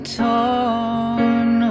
torn